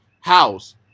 house